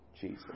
Jesus